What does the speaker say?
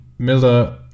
Milda